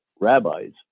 rabbis